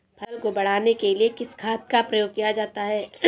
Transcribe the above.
फसल को बढ़ाने के लिए किस खाद का प्रयोग किया जाता है?